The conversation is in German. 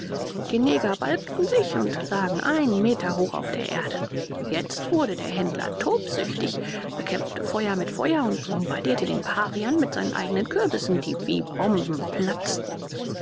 die neger balgten sich und lagen einen meter hoch auf der erde jetzt wurde der händler tobsüchtig bekämpfte feuer mit feuer und bombardierte den pavian mit seinen eigenen kürbissen die wie bomben platzten